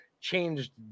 changed